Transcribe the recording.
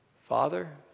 Father